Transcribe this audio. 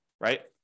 right